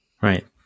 Right